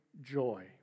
joy